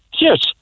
Yes